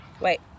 wait